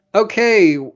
Okay